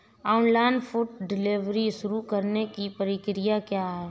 Online food delivery शुरू करने की प्रक्रिया क्या है?